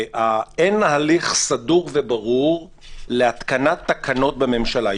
אין הליך סדור וברור להתקנת תקנות בממשלה.